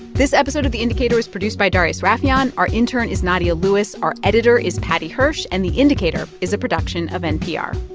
this episode of the indicator was produced by darius rafieyan. our intern is nadia lewis. our editor is paddy hirsch. and the indicator is a production of npr